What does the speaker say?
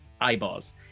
eyeballs